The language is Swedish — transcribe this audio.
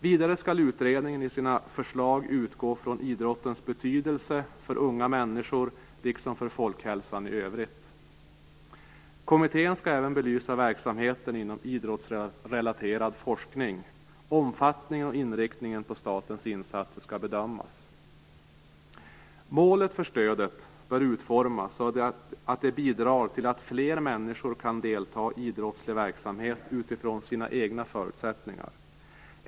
Vidare skall utredningen i sina förslag utgå från idrottens betydelse för unga människor liksom för folkhälsan i övrigt. Kommittén skall även belysa verksamheten inom idrottsrelaterad forskning. Omfattningen av och inriktningen på statens insatser skall bedömas. Målet för stödet bör utformas så att det bidrar till att fler människor kan delta i idrottslig verksamhet utifrån sina egna förutsättningar.